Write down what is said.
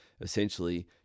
essentially